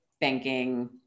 banking